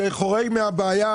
דכורי מהבעיה,